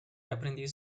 aprendiz